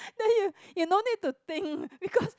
then you you no need to think because